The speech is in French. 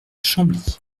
chambly